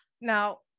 Now